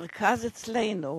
המרכז אצלנו